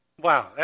Wow